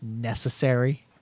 necessary